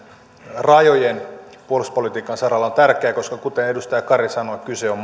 rajojen puolustuspolitiikan saralla on tärkeää koska kuten edustaja kari sanoi kyse on